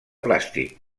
plàstic